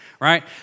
Right